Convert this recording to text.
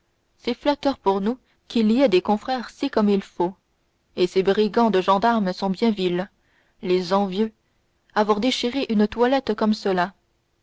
c'est flatteur pour nous qu'il y ait des confrères si comme il faut et ces brigands de gendarmes sont bien vils les envieux avoir déchiré une toilette comme cela